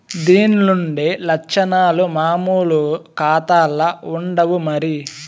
దీన్లుండే లచ్చనాలు మామూలు కాతాల్ల ఉండవు మరి